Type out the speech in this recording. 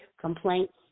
complaints